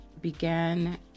began